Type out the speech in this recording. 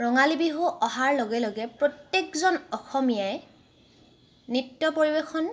ৰঙালী বিহু অহাৰ লগে লগে প্ৰত্যেকজন অসমীয়াই নৃত্য পৰিৱেশন